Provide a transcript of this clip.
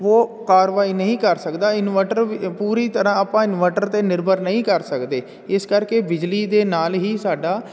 ਉਹ ਕਾਰਵਾਈ ਨਹੀਂ ਕਰ ਸਕਦਾ ਇਨਵਰਟਰ ਪੂਰੀ ਤਰ੍ਹਾਂ ਆਪਾਂ ਇਨਵਰਟਰ 'ਤੇ ਨਿਰਭਰ ਨਹੀਂ ਕਰ ਸਕਦੇ ਇਸ ਕਰਕੇ ਬਿਜਲੀ ਦੇ ਨਾਲ ਹੀ ਸਾਡਾ